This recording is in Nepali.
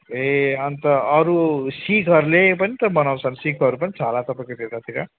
ए अन्त अरू शिखहरूले पनि त मनाउँछन् शिखहरू पनि छ होला तपाईँको त्यतातिर